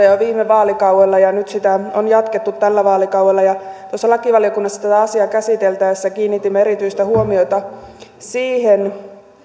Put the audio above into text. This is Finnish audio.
jo viime vaalikaudella ja nyt sitä on jatkettu tällä vaalikaudella lakivaliokunnassa tätä asiaa käsiteltäessä kiinnitimme erityistä huomiota siihen